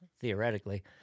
theoretically